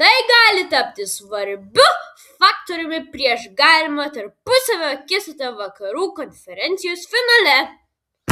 tai gali tapti svarbiu faktoriumi prieš galimą tarpusavio akistatą vakarų konferencijos finale